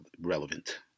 relevant